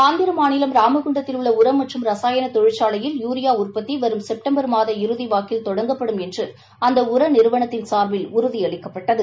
ஆந்திரா மாநிலம் ராமகுண்டத்தில் உள்ள உரம் மற்றும் ரசாயன தொழிற்சாவையில் யூரியா உற்பத்தி வரும் செப்டம்பர் மாதம் இறுதிவாக்கில் தொடங்கப்படும் என்று அந்த உர நிறுவனத்தின் சார்பில் உறுதியளிக்கப்பட்டது